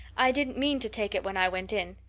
i didn't mean to take it when i went in.